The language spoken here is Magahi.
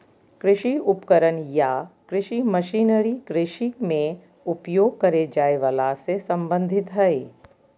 कृषि उपकरण या कृषि मशीनरी कृषि मे उपयोग करे जाए वला से संबंधित हई